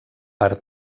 per